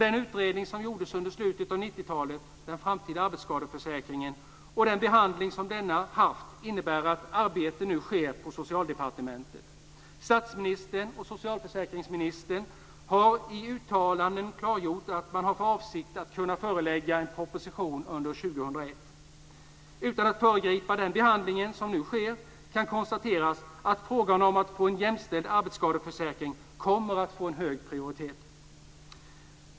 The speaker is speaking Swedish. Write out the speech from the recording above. Den utredning som gjordes under slutet av 90 talet, Den framtida arbetsskadeförsäkringen, och den behandling som denna haft innebär att ett arbete nu sker på Socialdepartementet. Statsministern och socialförsäkringsministern har i uttalanden klargjort att man har för avsikt att kunna förelägga riksdagen en proposition under 2001. Utan att föregripa den behandling som nu sker kan konstateras att frågan att få en jämställd arbetsskadeförsäkring kommer att få hög prioritet.